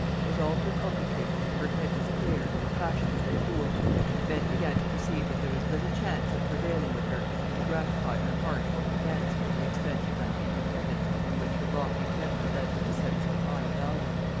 with all her coquetry, her head was clear, her passions were cool and men began to perceive that there was little chance of prevailing with her to gratify her heart or her fancy at the expense of that independence on which her lofty temper led her to set so high a value.